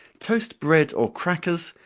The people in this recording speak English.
toast bread or crackers,